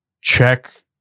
check